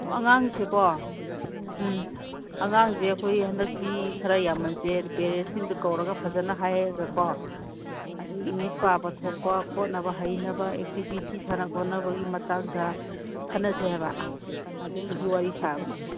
ꯑꯣ ꯑꯉꯥꯡꯁꯦꯀꯣ ꯎꯝ ꯑꯉꯥꯡꯁꯦ ꯑꯩꯈꯣꯏ ꯍꯟꯗꯛꯇꯤ ꯈꯔ ꯌꯥꯝꯃꯟꯁꯦ ꯄꯦꯔꯦꯟꯁꯤꯡꯗꯨ ꯀꯧꯔꯒ ꯐꯖꯅ ꯍꯥꯏꯔꯒꯀꯣ ꯑꯗꯨꯗꯒꯤ ꯏꯪꯂꯤꯁ ꯄꯥꯕ ꯊꯣꯛꯄ ꯈꯣꯠꯅꯕ ꯍꯩꯅꯕ ꯑꯦꯛꯇꯤꯕꯤꯇꯤ ꯁꯥꯟꯅ ꯈꯣꯠꯅꯕꯒꯤ ꯃꯇꯥꯡꯗ ꯈꯟꯅꯁꯦ ꯍꯥꯏꯕ ꯑꯗꯨꯗꯨꯒꯤ ꯋꯥꯔꯤ ꯁꯥꯕꯅꯤ